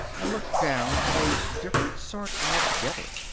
and looked down at a different sort altogether.